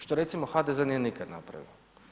Što recimo, HDZ nije nikad napravio.